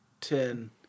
Ten